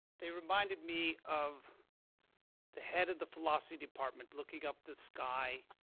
they reminded me of the head of the philosophy department looking up the sky,